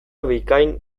bikain